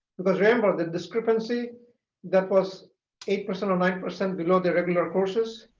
because remember the discrepancy that was eight percent or nine percent below their regular courses,